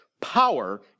power